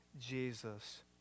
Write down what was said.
Jesus